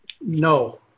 No